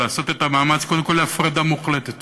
לעשות את המאמץ קודם כול להפרדה מוחלטת